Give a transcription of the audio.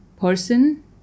person